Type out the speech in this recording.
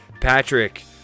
Patrick